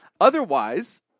Otherwise